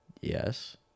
Yes